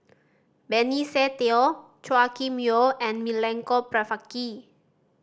Benny Se Teo Chua Kim Yeow and Milenko Prvacki